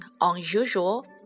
unusual